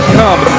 come